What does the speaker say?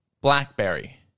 Blackberry